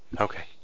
Okay